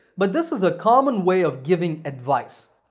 but this is a common way of giving advice.